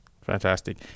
Fantastic